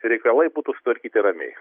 reikalai būtų sutvarkyti ramiai